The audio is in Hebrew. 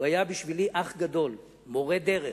הוא היה בשבילי אח גדול, מורה דרך.